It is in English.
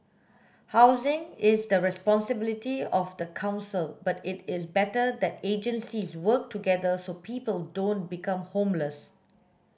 housing is the responsibility of the council but it is better that agencies work together so people don't become homeless